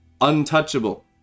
Untouchable